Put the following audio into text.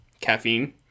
caffeine